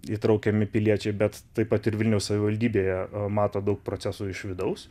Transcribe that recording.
įtraukiami piliečiai bet taip pat ir vilniaus savivaldybėje mato daug procesų iš vidaus